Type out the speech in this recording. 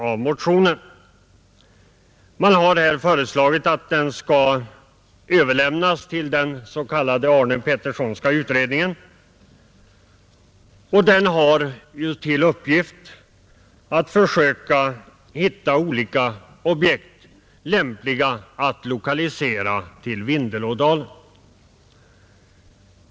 Utskottet föreslår att motionen skall överlämnas till den s.k. Arne Petterssonska utredningen, som ju har till uppgift att försöka finna olika objekt lämpliga att lokalisera till Vindelådalen.